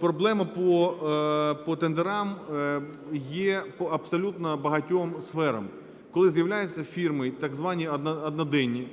Проблема по тендерам є по абсолютно багатьом сферам, коли з'являються фірми, так звані одноденні,